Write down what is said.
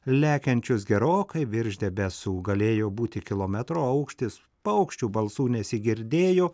lekiančius gerokai virš debesų galėjo būti kilometro aukštis paukščių balsų nesigirdėjo